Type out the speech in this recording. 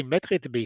סימטרית בעיצובה,